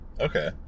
Okay